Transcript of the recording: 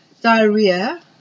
diarrhea